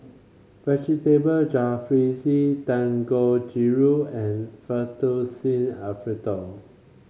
Vegetable Jalfrezi Dangojiru and Fettuccine Alfredo